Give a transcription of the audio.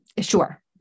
Sure